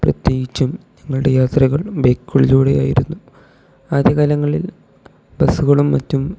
പ്രത്യേകിച്ചും ഞങ്ങളുടെ യാത്രകൾ ബൈക്കുകളിലൂടെയായിരുന്നു ആദ്യ കാലങ്ങളിൽ ബസ്സുകളും മറ്റും